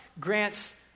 grants